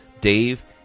dave